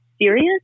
serious